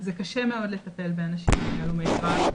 זה קשה מאוד לטפל באנשים הלומי קרב,